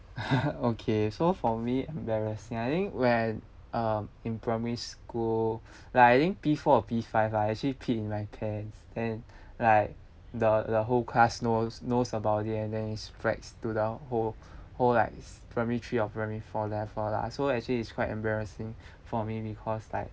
okay so for me embarrassing ah I think when um in primary school like I think P_four or P_five lah I actually peed in my pants and like the the whole class knows knows about it and then spreads to the whole whole like primary three or primary four level lah so actually it's quite embarrassing for me because like